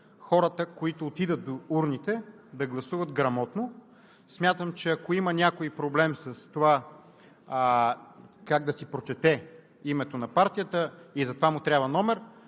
хората, които отидат до урните, да гласуват грамотно. Смятам, че ако някой има проблем с това как да си прочете името на партията и за това му трябва номер,